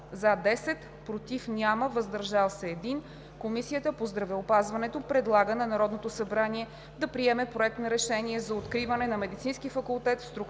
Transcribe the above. без „против“, „въздържал се“ 1, Комисията по здравеопазването предлага на Народното събрание да приеме Проект на решение за откриване на Медицински факултет